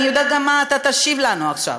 אני יודעת גם מה אתה תשיב לנו עכשיו,